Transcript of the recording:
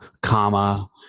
comma